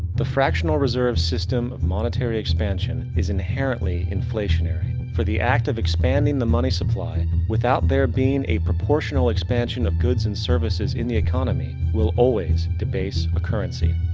the fractional reserve system of monetary expansion is inherently inflationary. for the act of expanding the money supply, without there being a proportional expansion of goods and services in the economy, will always debase a currency.